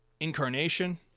incarnation